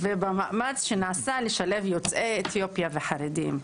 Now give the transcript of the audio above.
ובמאמץ שנעשה לשלב יוצאי אתיופיה וחרדים.